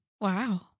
wow